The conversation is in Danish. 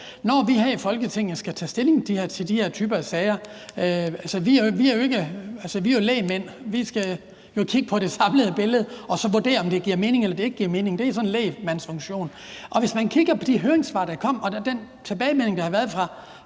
når vi her i Folketinget skal tage stilling til de her typer af sager, er vi jo lægmænd. Vi skal jo kigge på det samlede billede og så vurdere, om det giver mening eller det ikke giver mening. Det er sådan en lægmandsfunktion. Hvis man kigger på de høringssvar, der kom, og den tilbagemelding, der har været fra